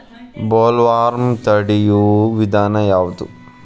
Bollworm ತಡಿಯು ವಿಧಾನ ಯಾವ್ದು?